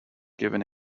given